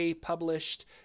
published